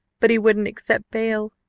but he wouldn't accept bail,